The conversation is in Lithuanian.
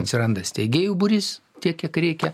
atsiranda steigėjų būrys tiek kiek reikia